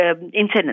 incidents